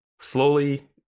slowly